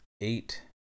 eight